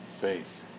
faith